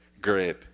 Great